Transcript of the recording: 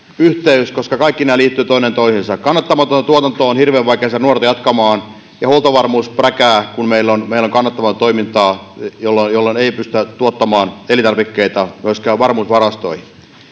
yhteys koska kaikki nämä liittyvät toisiinsa kannattamatonta tuotantoa on hirveän vaikeaa saada nuori jatkamaan ja huoltovarmuus prakaa kun meillä on meillä on kannattamatonta toimintaa jolloin jolloin ei pystytä tuottamaan elintarvikkeita myöskään varmuusvarastoihin